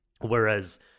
Whereas